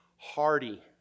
Hardy